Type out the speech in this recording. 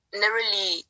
narrowly